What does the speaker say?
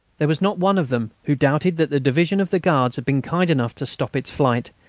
there was not one of them who doubted that the division of the guards had been kind enough to stop its flight,